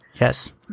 yes